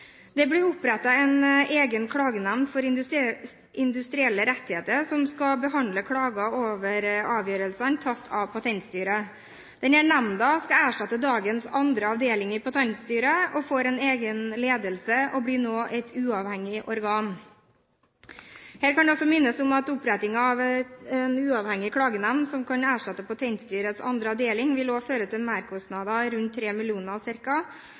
Det blir opprettet en egen klagenemnd for industrielle rettigheter som skal behandle klager over avgjørelsene tatt i Patentstyret. Denne nemnda skal erstatte dagens Annen avdeling i Patentstyret, og den får en egen ledelse og blir nå et uavhengig organ. Her vil jeg minne om at opprettelsen av en uavhengig klagenemnd som kan erstatte Patentstyrets Annen avdeling, vil føre til merkostnader på rundt